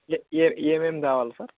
ఏమేమి తేవాలి సార్